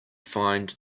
find